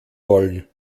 wollen